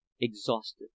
exhausted